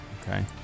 okay